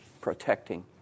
protecting